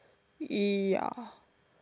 ya